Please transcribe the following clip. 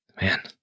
Man